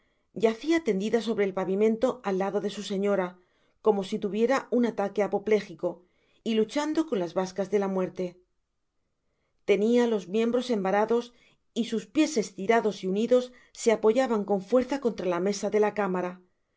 yacia tendida sobre el pavimento al lado de su señora como si tuviese un ataque apoplético y luchando con las bascas de la muerte tenia los miembros envarados y sus píes estirados y unidos se apoyaban con fuerza contra la mesa de la cámara